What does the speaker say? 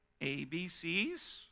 ABCs